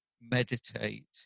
meditate